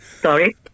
Sorry